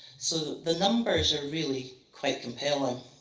so the numbers are really quite compelling.